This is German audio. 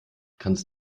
kannst